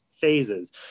phases